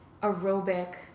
aerobic